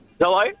Hello